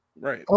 Right